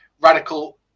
radical